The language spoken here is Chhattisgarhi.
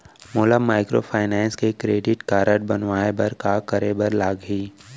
मोला माइक्रोफाइनेंस के क्रेडिट कारड बनवाए बर का करे बर लागही?